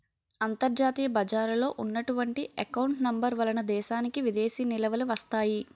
అంతర్జాతీయ బజారులో ఉన్నటువంటి ఎకౌంట్ నెంబర్ వలన దేశానికి విదేశీ నిలువలు వస్తాయి